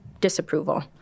disapproval